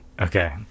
okay